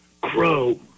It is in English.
crow